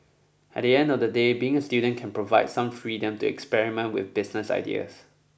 at the end of the day being a student can provide some freedom to experiment with business ideas